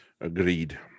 agreed